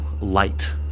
light